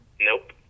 Nope